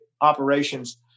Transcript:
operations